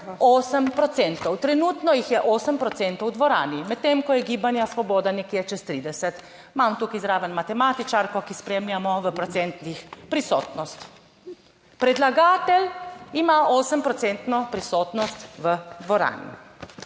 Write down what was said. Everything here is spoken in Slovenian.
trenutno jih je 8 procentov v dvorani, medtem ko je Gibanja Svoboda nekje čez 30. Imam tukaj zraven matematičarko, ki spremljamo v procentih prisotnost. Predlagatelj ima osem procentno prisotnost v dvorani.